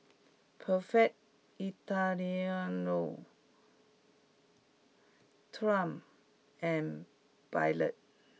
perfect Italiano triumph and pilot